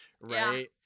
Right